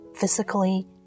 physically